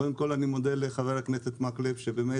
קודם כל אני מודה לחבר הכנסת מקלב שבאמת